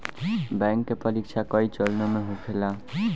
bank के परीक्षा कई चरणों में होखेला